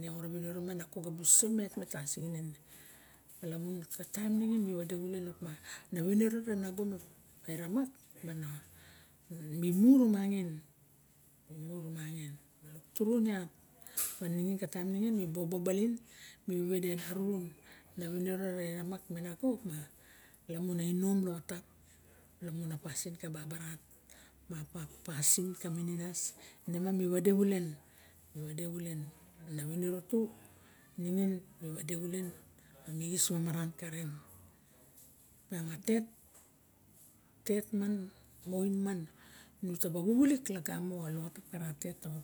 Ne xoro winiro nuse met taxixinen ma lamun ka taim ningin mi wade xulen minin opa ana winiro re nago me ramak mi mu rumangim malok rturun iat opa ningin ka tai ningin mi bobo baling tawide arun a winiro re vamak me ango opa lamun a inom laoxotap lamun a apsin ka babarat ma pasin ka mininas ine mi wade xulen mi wade xulen ma niro tu ningin diwade xulen a xinis mamaran moxa ren opiang atet man oin man nutaba wuwulik laga mo xa loxotap ka ra tet tab